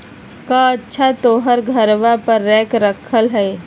कअच्छा तोहर घरवा पर रेक रखल हई?